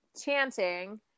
chanting